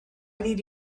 need